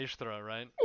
right